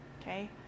okay